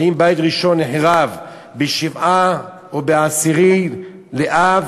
האם בית ראשון נחרב בשבעה או בעשרה באב.